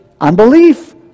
unbelief